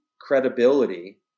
credibility